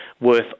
worth